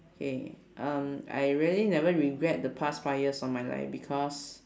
K um I really never regret the past five years of my life because